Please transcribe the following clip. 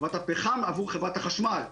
הפחם עבור חברת החשמל.